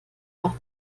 auch